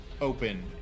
open